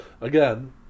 again